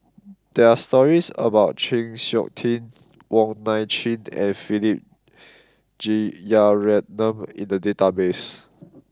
there are stories about Chng Seok Tin Wong Nai Chin and Philip Jeyaretnam in the database